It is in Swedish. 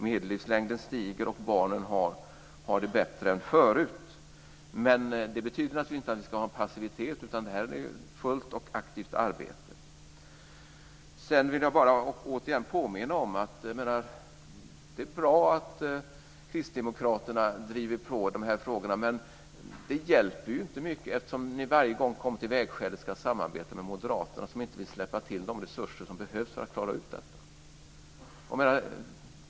Medellivslängden stiger, och barnen har det bättre än förut, men det betyder naturligtvis inte att det ska vara en passivitet utan ett fullt och aktivt arbete. Sedan vill jag bara återigen påminna om att det är bra att kristdemokraterna driver på i de här frågorna. Men det hjälper ju inte mycket, eftersom ni varje gång kommer till vägskälet och ska samarbeta med moderaterna, som inte vill släppa till de resurser som behövs för att klara ut detta.